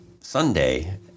Sunday